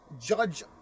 judge